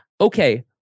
okay